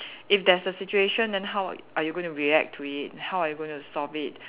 if there's a situation then how are you going to react it how are you going to solve it